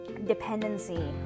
dependency